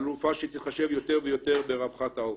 חלופה שתיחשב יותר ויותר לרווחת העוף.